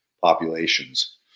populations